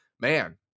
man